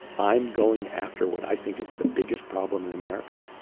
i'm going after what i think is the biggest problem in america.